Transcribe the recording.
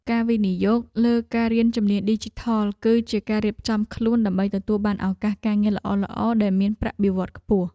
ការវិនិយោគលើការរៀនជំនាញឌីជីថល គឺជាការរៀបចំខ្លួនដើម្បីទទួលបានឱកាសការងារល្អៗដែលមានប្រាក់បៀវត្សរ៍ខ្ពស់។